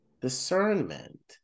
discernment